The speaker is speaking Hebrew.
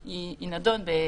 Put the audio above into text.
אני רוצה להציע אותו לוועדה.